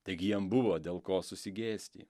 taigi jiem buvo dėl ko susigėsti